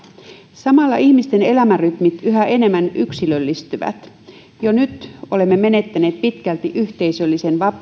samalla ihmisten elämänrytmit yhä enemmän yksilöllistyvät jo nyt olemme pitkälti menettäneet yhteisöllisen